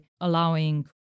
allowing